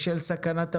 בשל סכנת הבניין,